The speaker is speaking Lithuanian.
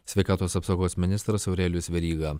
sveikatos apsaugos ministras aurelijus veryga